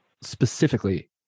specifically